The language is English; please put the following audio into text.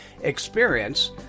experience